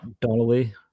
Donnelly